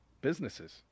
businesses